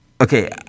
okay